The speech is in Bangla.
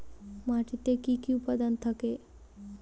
মাটিতে কি কি উপাদান থাকে?